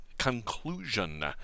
conclusion